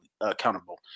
accountable